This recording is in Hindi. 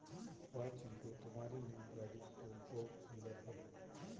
वाह चिंटू तुम्हारी नई गाड़ी तो बहुत सुंदर है